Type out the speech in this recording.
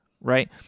right